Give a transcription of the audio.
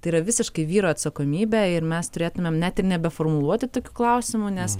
tai yra visiškai vyro atsakomybė ir mes turėtumėm net ir nebeformuluoti tokių klausimų nes